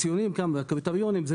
הציונים נקבעים בהתאם לקריטריונים של